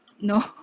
no